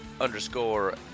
underscore